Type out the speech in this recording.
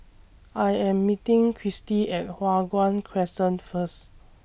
I Am meeting Christi At Hua Guan Crescent First